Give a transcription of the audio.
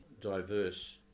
diverse